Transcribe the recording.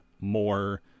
more